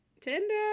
Tinder